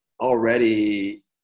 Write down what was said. already